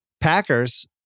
Packers